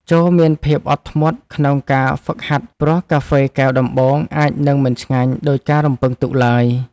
ចូរមានភាពអត់ធ្មត់ក្នុងការហ្វឹកហាត់ ព្រោះកាហ្វេកែវដំបូងអាចនឹងមិនឆ្ងាញ់ដូចការរំពឹងទុកឡើយ។